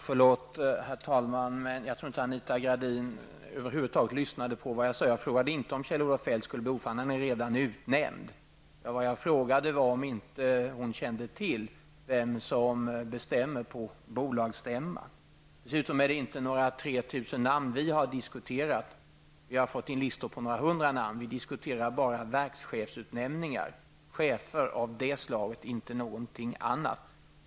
Herr talman! Förlåt, men jag tror inte att Anita Modin över huvud taget lyssnade på vad jag sade. Jag frågade inte om Kjell-Olof Feldt skulle bli ordförande, han är redan utnämnd. Jag frågade om hon inte kände till vem som bestämmer på bolagsstämman. Det är dessutom inte några 3 000 namn vi har diskuterat. Vi har fått in listor på några hundra namn. Vi diskuterar bara verkschefsutnämningar och chefer av det slaget, inte någonting annat.